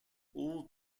all